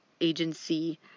Agency